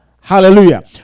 Hallelujah